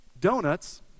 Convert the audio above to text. donuts